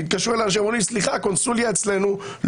שהתקשרו אלי ואמרו לי - שהקונסוליה לא עובדת